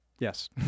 Yes